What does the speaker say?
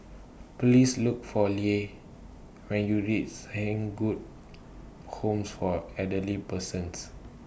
Please Look For Lea when YOU REACH Saint Good Home For Elderly Persons